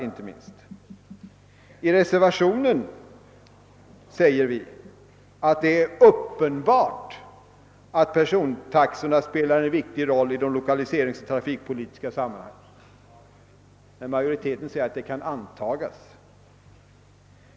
: I reservationen 10 anser vi att det är uppenbart att persontaxorna spelar en viktig roll i de lokaliseringsoch transportpolitiska sammanhangen. Men majoriteten säger att detta kan >»antas«.